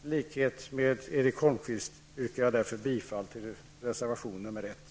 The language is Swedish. I likhet med Erik Holmkvist yrkar jag därför bifall till reservation 1.